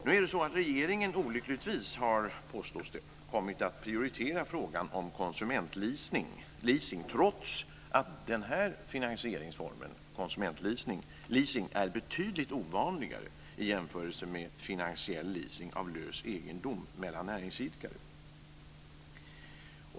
Nu är det så att regeringen olyckligtvis, påstås det, har kommit att prioritera frågan om konsumentleasing trots att den finansieringsformen, alltså konsumentleasing, är betydligt ovanligare än finansiell leasing av lös egendom mellan näringsidkare.